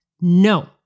No